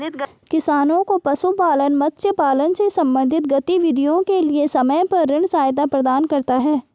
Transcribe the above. किसानों को पशुपालन, मत्स्य पालन से संबंधित गतिविधियों के लिए समय पर ऋण सहायता प्रदान करता है